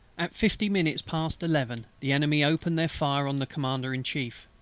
at fifty minutes past eleven the enemy opened their fire on the commander in chief.